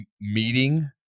meeting